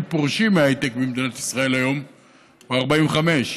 פורשים מהייטק במדינת ישראל היום הוא 45,